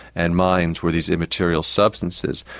and minds were these immaterial substances.